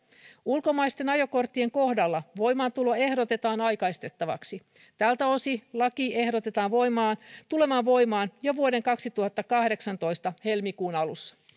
ulkomaisten ajokorttien kohdalla voimaantulo ehdotetaan aikaistettavaksi tältä osin laki ehdotetaan tulemaan voimaan jo vuoden kaksituhattakahdeksantoista helmikuun alussa